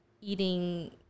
eating